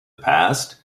past